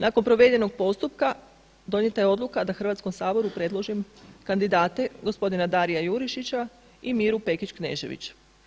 Nakon provedenog postupka, donijeta je odluka da Hrvatskom saboru predložim kandidate gospodina Darija Jurišića i Miru Pekić Knežević.